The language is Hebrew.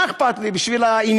מה אכפת לי, בשביל העניין.